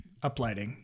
uplighting